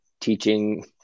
teaching